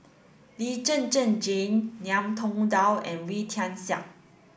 Lee Zhen Zhen Jane Ngiam Tong Dow and Wee Tian Siak